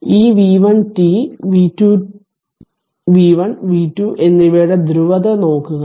ഈ v1 t v1 v2 എന്നിവയുടെ ധ്രുവത നോക്കുക